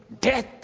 Death